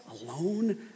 alone